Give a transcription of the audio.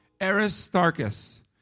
Aristarchus